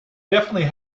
definitely